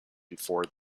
before